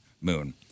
Moon